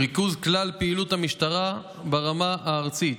ריכוז כלל פעילות המשטרה ברמה הארצית,